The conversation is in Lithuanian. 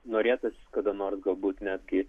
norėtųsi kada nors galbūt netgi